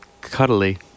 cuddly